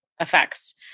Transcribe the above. effects